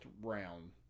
round